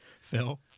Phil